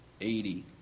eighty